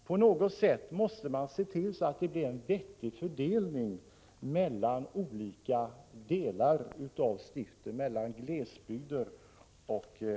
På något sätt måste man se till att det blir en vettig fördelning mellan olika delar av stiften, mellan glesbygder och tätorter.